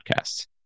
podcasts